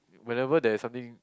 whenever there's something